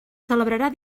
celebrarà